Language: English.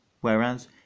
Whereas